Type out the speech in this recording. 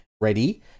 ready